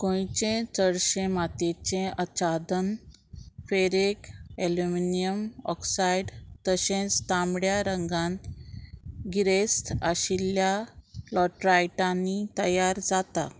गोंयचे चडशे मातयेचें अचादन फेरयेक एल्युमिनीयम ऑक्सायड तशेंच तांबड्या रंगान गिरेस्त आशिल्ल्या लॉट्रायटांनी तयार जाता